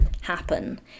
happen